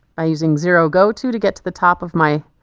by using zero go to to get to the top of my